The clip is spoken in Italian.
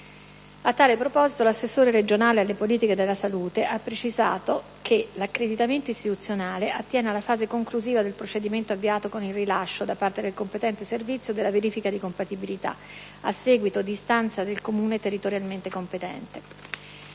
A tale proposito, l'assessore regionale alle politiche della salute ha precisato che: l'accreditamento istituzionale attiene alla fase conclusiva del procedimento avviato con il rilascio, da parte del competente servizio, della verifica di compatibilità, a seguito di istanza del Comune territorialmente competente;